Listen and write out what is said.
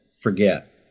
forget